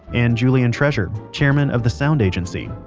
and julian treasure, chairman of the sound agency